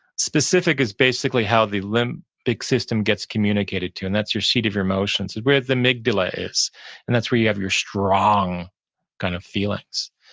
specific is basically how the like um big system gets communicated to and that's your seat of your emotions, where the amygdala is and that's where you have your strong kind of feelings.